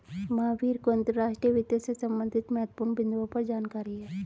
महावीर को अंतर्राष्ट्रीय वित्त से संबंधित महत्वपूर्ण बिन्दुओं पर जानकारी है